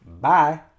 Bye